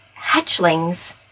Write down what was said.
hatchlings